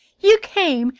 you came,